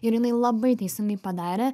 ir jinai labai teisingai padarė